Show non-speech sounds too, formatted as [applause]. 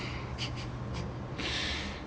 [laughs]